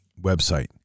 website